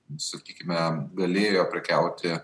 sakykime galėjo prekiauti